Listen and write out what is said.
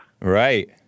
Right